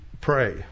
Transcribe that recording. pray